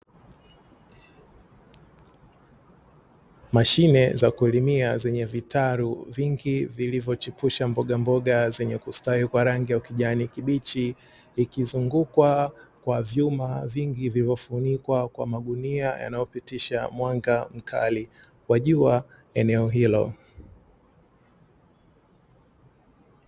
Mashine za kulimia zenye vitalu vingi vilivyochipusha mbogamboga zenye kustawi kwa rangi ya ukijani kibichi, ikizungukwa kwa vyuma vingi vilivyofunikwa kwa magunia yanayopitisha mwanga mkali wa jua eneo hilo.